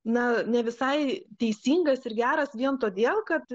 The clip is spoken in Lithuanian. na ne visai teisingas ir geras vien todėl kad